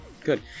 Good